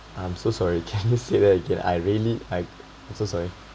I'm so sorry can you say that again I really I I'm so sorry